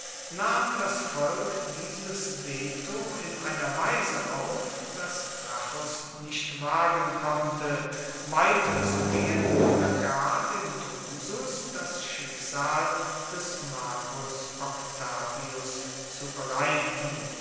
nahm das volk dieses veto in einer weise auf daß gracchus nicht wagen konnte weiterzugehen oder gar dem drusus das schicksal des marcus octavius